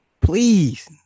please